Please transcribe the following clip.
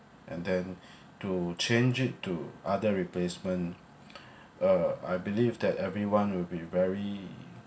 and then to change it to other replacement uh I believe that everyone will be very